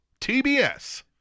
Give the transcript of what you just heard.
TBS